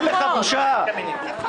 אין לך בושה בכלל?